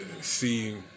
see